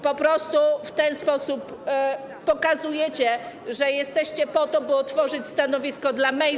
Po prostu w ten sposób pokazujecie, że jesteście po to, by utworzyć stanowisko dla Mejzy.